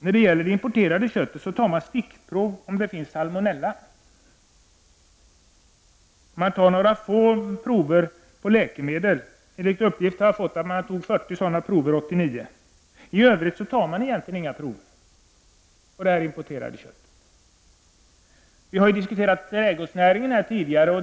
På det importerade köttet däremot görs bara stickprov för att se om det innehåller salmonellabakterier. Ibland undersöks också om köttet innehåller läkemedelsrester. Enligt uppgift togs 40 sådana prover år 1989. I övrigt tas inga prover på det importerade köttet. Vi har tidigare diskuterat trädgårdsnäringen här.